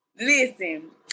Listen